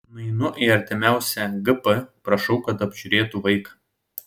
nueinu į artimiausią gp prašau kad apžiūrėtų vaiką